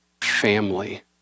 family